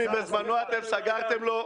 בפגיעה בנפש,